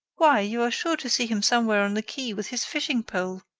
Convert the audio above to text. why, you are sure to see him somewhere on the quai with his fishing-pole.